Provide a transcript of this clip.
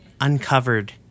uncovered